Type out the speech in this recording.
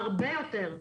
הרבה יותר,